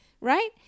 Right